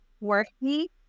worthy